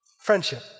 Friendship